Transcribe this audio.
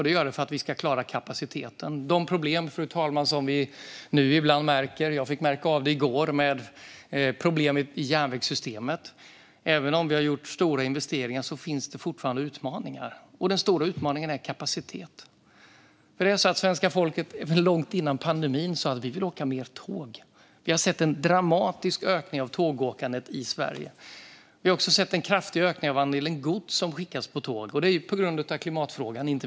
Det gör vi för att klara kapaciteten. De problem som vi nu ibland märker - jag märkte av det i går med problem i järnvägssystemet - visar att det trots stora investeringar finns utmaningar. Den stora utmaningen är kapacitet. Svenska folket sa långt innan pandemin att man vill åka mer tåg. Vi har sett en dramatisk ökning av tågåkandet i Sverige. Vi har också sett en kraftig ökning av andelen gods som skickas på tåg, och det beror inte minst på klimatfrågan.